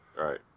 Right